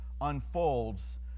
unfolds